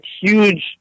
huge